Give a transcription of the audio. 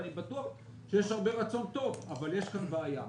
אני בטוח שיש הרבה רצון טוב, אבל יש כאן בעיה.